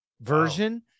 Version